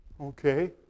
Okay